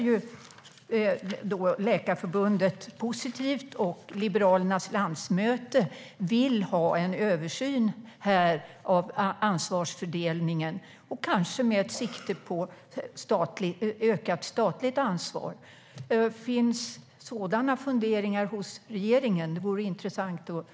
Och på Liberalernas landsmöte kom man fram till att man vill ha en översyn av ansvarsfördelningen, kanske med sikte på ett ökat statligt ansvar. Finns sådana funderingar hos regeringen? Det vore intressant att få höra.